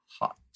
hot